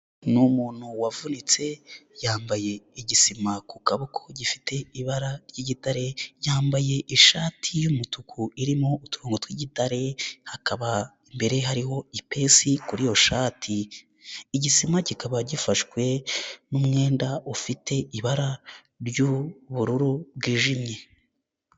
Ni umuntu wavunitse yambaye igisima ku kaboko gifite ibara ry'igitare yambaye ishati y'umutuku irimo uturinbo tw'igitare hakaba imbere hariho ipesi kuri iyo shati, igisima kikaba gifashwe n'umwenda ufite ibara ry'ubururu bwijimye.